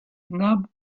nab